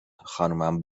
خانمم